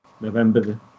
November